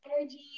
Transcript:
energy